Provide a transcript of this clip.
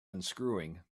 unscrewing